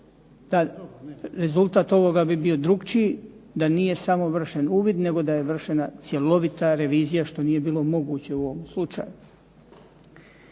rezultat ovoga bi bio drukčiji da nije samo vršen uvid nego da je vršena cjelovita revizija što nije bilo moguće u ovom slučaju.